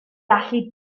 allu